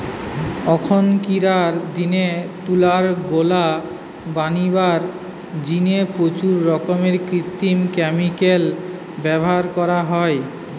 অখনকিরার দিনে তুলার গোলা বনিবার জিনে প্রচুর রকমের কৃত্রিম ক্যামিকাল ব্যভার করা হয়